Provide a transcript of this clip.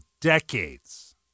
decades